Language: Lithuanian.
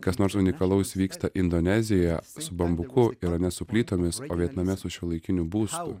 kas nors unikalaus vyksta indonezijoe su bambuku yra ne su plytomis o vietname su šiuolaikiniu būstu